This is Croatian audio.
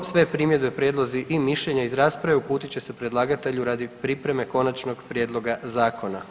1. Sve primjedbe i prijedlozi i mišljenja iz rasprave uputit će se predlagatelju radi pripreme konačnog prijedloga zakona.